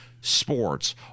sports